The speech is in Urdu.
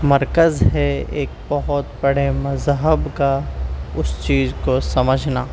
مرکز ہے ایک بہت بڑے مذہب کا اس چیز کو سمجھنا